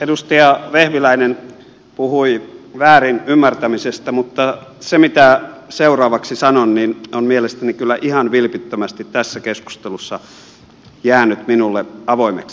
edustaja vehviläinen puhui väärin ymmärtämisestä mutta se mitä seuraavaksi sanon on mielestäni kyllä ihan vilpittömästi tässä keskustelussa jäänyt minulle avoimeksi